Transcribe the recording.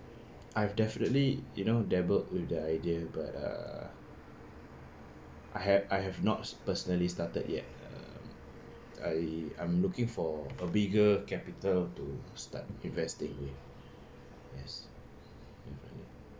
I've definitely you know dabbled with the idea but uh I have I have not personally started yet um I I looking for a bigger capital to start investing yes